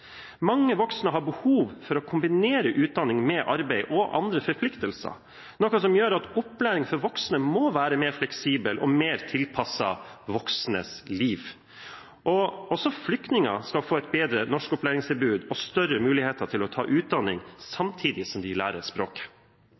Mange voksne har behov for å kombinere utdanning med arbeid og andre forpliktelser, noe som gjør at opplæring for voksne må være mer fleksibel og mer tilpasset voksnes liv. Også flyktninger skal få et bedre norskopplæringstilbud og større muligheter til å ta utdanning samtidig som de lærer språket.